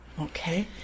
Okay